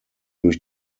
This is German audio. durch